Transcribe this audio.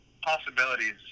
possibilities